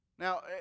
Now